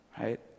right